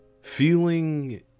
feeling